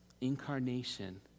incarnation